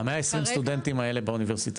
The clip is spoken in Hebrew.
ה- 120 סטודנטים האלה באוניברסיטאות,